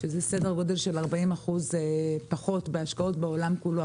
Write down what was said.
שזה סדר גודל של 40% פחות בהשקעות בעולם כולו,